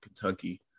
kentucky